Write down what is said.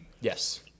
Yes